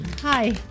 Hi